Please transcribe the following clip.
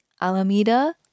Alameda